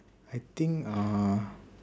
I think uh